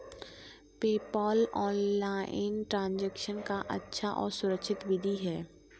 PayPal online transaction का अच्छा और सुरक्षित विधि है